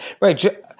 right